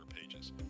pages